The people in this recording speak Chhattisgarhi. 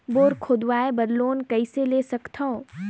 बोर खोदवाय बर लोन कइसे ले सकथव?